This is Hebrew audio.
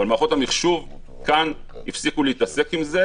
אבל מערכות המחשוב כאן הפסיקו להתעסק עם זה,